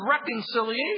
reconciliation